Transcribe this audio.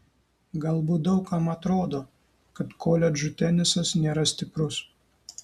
galbūt daug kam atrodo kad koledžų tenisas nėra stiprus